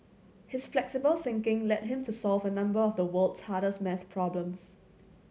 his flexible thinking led him to solve a number of the world's hardest math problems